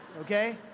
okay